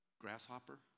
grasshopper